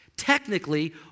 Technically